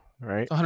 Right